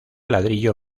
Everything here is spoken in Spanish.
ladrillo